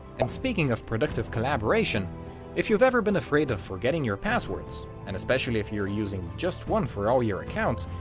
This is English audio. and speaking of productive collaboration if you've ever been afraid of forgetting your passwords and especially if you're using just one for all your accounts,